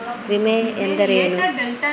ವಿಮೆ ಎಂದರೇನು?